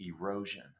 erosion